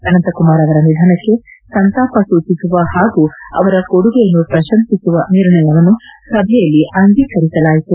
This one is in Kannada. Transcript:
ಅನಂತಕುಮಾರ್ ಅವರ ನಿಧನಕ್ಕೆ ಸಂತಾಪ ಸೂಚಿಸುವ ಹಾಗೂ ಅವರ ಕೊಡುಗೆಯನ್ನು ಪ್ರಶಂಸಿಸುವ ನಿರ್ಣಯವನ್ನು ಸಭೆಯಲ್ಲಿ ಅಂಗೀಕರಿಸಲಾಯಿತು